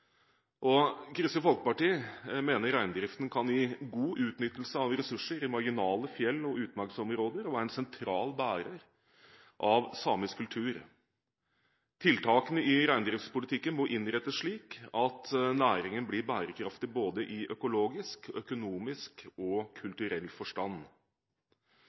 Kristelig Folkeparti mener at reindriften kan gi god utnyttelse av ressurser i marginale fjell- og utmarksområder og være en sentral bærer av samisk kultur. Tiltakene i reindriftspolitikken må innrettes slik at næringen blir bærekraftig i både økologisk, økonomisk og kulturell forstand.